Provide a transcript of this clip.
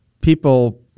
people